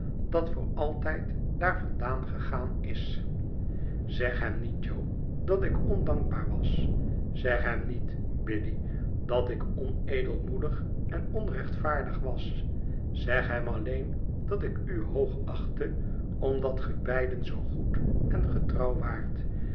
dat voor altijd daar vandaan gegaan is zeg hem niet jo dat ik ondankbaar was zeg hem niet biddy datikonedelmoedig en onrechtvaardig was zeg hem alleen dat ik u hoogachtte omdat ge beiden zoo goed en getrouw waart